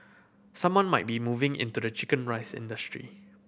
someone might be moving into the chicken rice industry